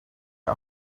get